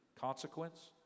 consequence